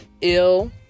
ill